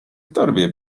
torbie